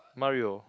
Mario